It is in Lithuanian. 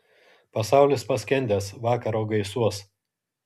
pasaulis paskendęs vakaro gaisuos